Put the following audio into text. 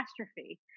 catastrophe